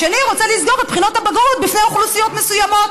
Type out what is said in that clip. השני רוצה לסגור את בחינות הבגרות בפני אוכלוסיות מסוימות.